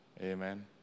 Amen